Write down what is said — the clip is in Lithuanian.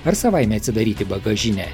ar savaime atsidaryti bagažinę